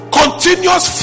continuous